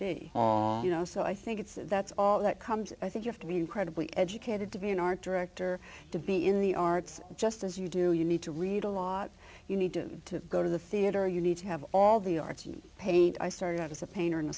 all you know so i think it's that's all that comes i think you have to be incredibly educated to be an art director to be in the arts just as you do you need to read a lot you need to go to the theater you need to have all the arts you paint i started out as a painter in a